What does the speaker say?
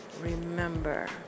remember